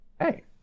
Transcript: Hey